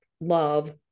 love